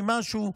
עם משהו,